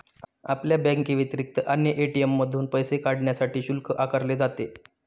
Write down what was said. आपल्या बँकेव्यतिरिक्त अन्य ए.टी.एम मधून पैसे काढण्यासाठी शुल्क आकारले जाते